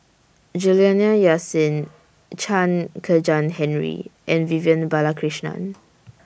Juliana Yasin Chen Kezhan Henri and Vivian Balakrishnan